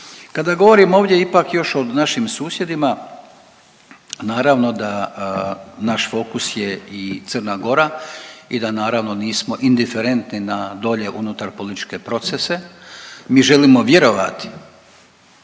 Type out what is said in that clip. Kada govorim ovdje ipak još o našim susjedima naravno da naš fokus je i Crna Gora i da naravno nismo indiferentni na dolje unutar političke procese. Mi želimo vjerovati